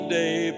day